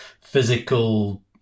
physical